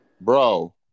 Bro